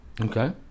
Okay